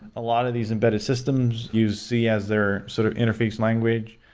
a lot of these embedded systems use c as their sort of interface language.